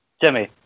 Jimmy